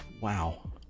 Wow